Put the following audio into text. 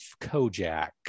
kojak